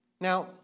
Now